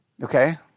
Okay